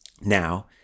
now